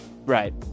Right